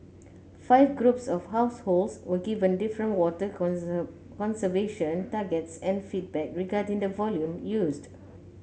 five groups of households were given different water conservation targets and feedback regarding the volume used